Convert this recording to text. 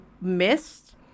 missed